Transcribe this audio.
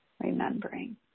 remembering